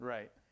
Right